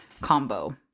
combo